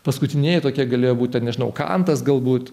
paskutinieji tokie galėjo būti ten nežinau kantas galbūt